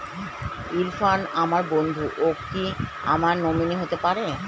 ইরফান আমার বন্ধু ও কি আমার নমিনি হতে পারবে?